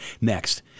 next